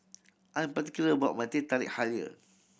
I am particular about my Teh Tarik halia